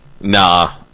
Nah